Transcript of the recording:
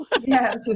Yes